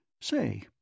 Say